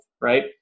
right